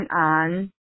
on